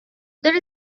there